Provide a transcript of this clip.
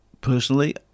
Personally